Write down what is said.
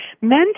Men